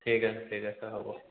ঠিক আছে ঠিক আছে হ'ব